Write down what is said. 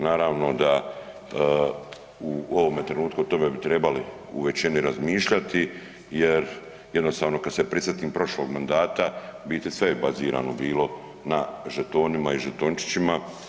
Naravno da u ovome trenutku o tome bi trebali u većini razmišljati jer jednostavno kada se prisjetim prošlog mandata u biti sve je bazirano bilo na žetonima i žetončićima.